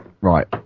Right